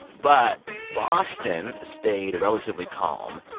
but boston stayed relatively calm,